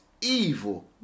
evil